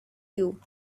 you